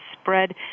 spread